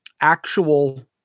actual